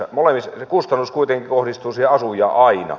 molemmissa se kustannus kuitenkin kohdistuu siihen asujaan aina